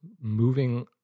moving